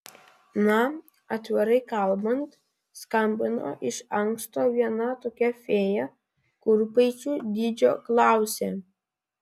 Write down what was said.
na atvirai kalbant skambino iš anksto viena tokia fėja kurpaičių dydžio klausė